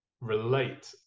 relate